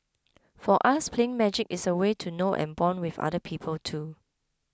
for us playing magic is a way to know and bond with other people too